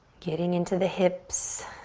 getting into the hips.